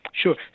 Sure